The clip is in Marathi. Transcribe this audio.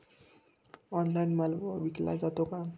ऑनलाइन माल विकला जातो का?